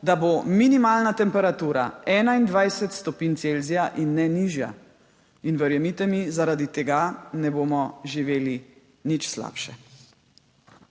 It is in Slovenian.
da bo minimalna temperatura 21 stopinj Celzija in ne nižja. In verjemite mi, zaradi tega ne bomo živeli nič slabše.